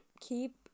keep